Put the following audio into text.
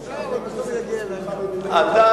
יש 118 חוץ ממך וממני.